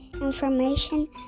information